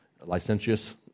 licentious